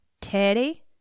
Teddy